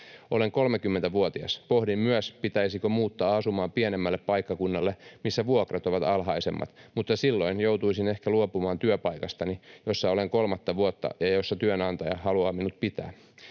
Olen 30-vuotias. Pohdin myös, pitäisikö muuttaa asumaan pienemmälle paikkakunnalle, missä vuokrat ovat alhaisemmat, mutta silloin joutuisin ehkä luopumaan työpaikastani, jossa olen kolmatta vuotta ja jossa työnantaja haluaa minut pitää.